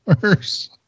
worse